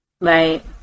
right